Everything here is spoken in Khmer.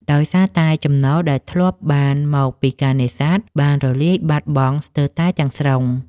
ដោយសារតែចំណូលដែលធ្លាប់បានមកពីការនេសាទបានរលាយបាត់បង់ស្ទើរតែទាំងស្រុង។